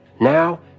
now